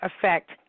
affect